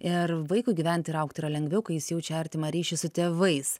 ir vaikui gyventi ir augti yra lengviau kai jis jaučia artimą ryšį su tėvais